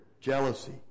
jealousy